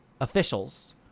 officials